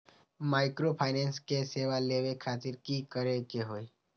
Microfinance के सेवा लेबे खातीर की करे के होई?